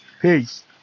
peace